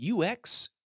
UX